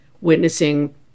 witnessing